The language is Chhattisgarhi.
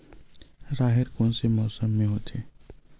राहेर कोन से मौसम म होथे?